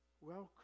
Welcome